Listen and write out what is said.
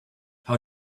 how